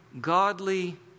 godly